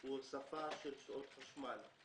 הוא הוספה של שעות חשמל.